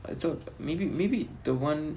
I thought maybe maybe the [one]